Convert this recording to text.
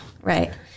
Right